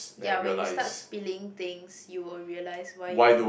ya when you start spilling things you will realise why you